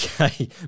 Okay